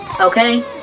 Okay